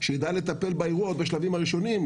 שידע לטפל באירוע בשלבים הראשונים,